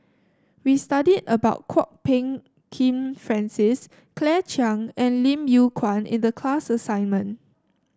we studied about Kwok Peng Kin Francis Claire Chiang and Lim Yew Kuan in the class assignment